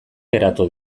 geratu